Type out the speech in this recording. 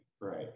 right